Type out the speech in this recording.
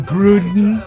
Gruden